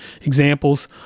examples